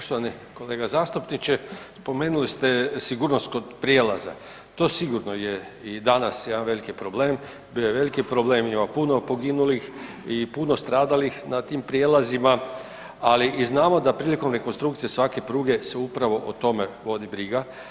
Poštovani kolega zastupniče spomenuli ste sigurnost kod prijelaza to sigurno je i danas jedan veliki problem, bio je veliki problem ima puno poginulih i puno stradalih na tim prijelazima, ali i znamo da prilikom rekonstrukcije svake pruge se upravo o tome vodi briga.